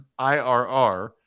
IRR